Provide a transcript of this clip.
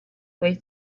weighs